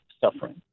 suffering